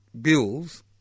bills